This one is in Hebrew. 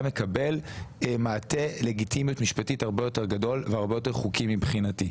מקבל מעטה לגיטימיות משפטית הרבה יותר גדול והרבה יותר חוקי מבחינתי.